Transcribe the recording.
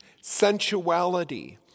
sensuality